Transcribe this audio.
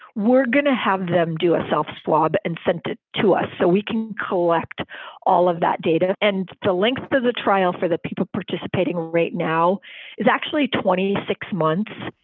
we're going to have them do a self swab and send it to us so we can collect all of that data. and the length of the trial for the people participating right now is actually twenty six months,